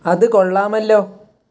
അത് കൊള്ളാമല്ലോ